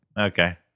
Okay